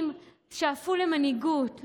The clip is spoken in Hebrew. משרדי ממשלה ששיוועו למנהיגות,